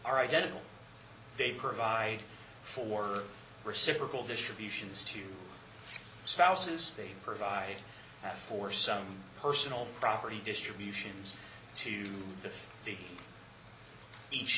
are identical they provide for reciprocal distributions to spouses they provide for some personal property distributions to the each